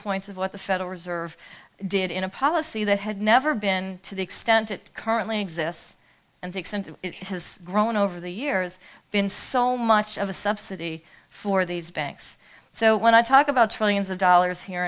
points of what the federal reserve did in a policy that had never been to the extent it currently exists and the extent that it has grown over the years been so much of a subsidy for these banks so when i talk about trillions of dollars here